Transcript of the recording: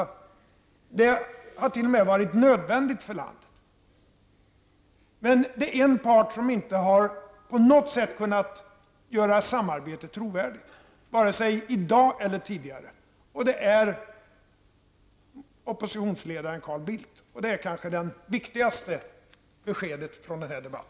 Ja, detta har t.o.m. varit nödvändigt för landet. Det finns emellertid en part som inte på något sätt, varken i dag eller tidigare, har kunnat göra ett samarbete trovärdigt, nämligen oppositionsledaren Carl Bildt. Och detta är kanske det viktigaste beskedet från denna debatt.